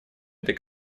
этой